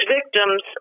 victims